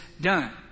done